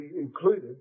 included